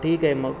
ठीक आहे मग